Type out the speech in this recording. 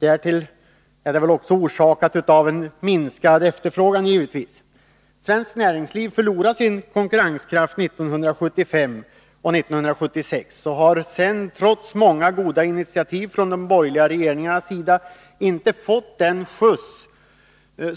Därtill är krisen givetvis orsakad av en minskad efterfrågan. Svenskt näringsliv förlorade sin konkurrenskraft 1975 och 1976 och har sedan, trots många goda initiativ från de borgerliga regeringarnas sida, inte fått den skjuts